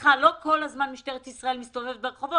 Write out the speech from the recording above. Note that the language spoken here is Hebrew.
מסכה לא כל הזמן משטרת ישראל מסתובבת ברחוב.